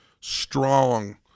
strong